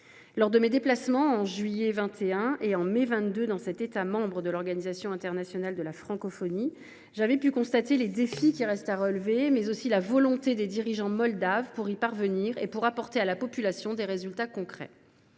Lors de mes déplacements en juillet 2021 et en mai 2022 dans cet État membre de l’Organisation internationale de la Francophonie (OIF), j’avais pu constater les défis restant à relever, mais aussi la volonté des dirigeants moldaves d’y parvenir et d’apporter à la population des résultats concrets.